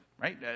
right